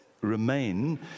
remain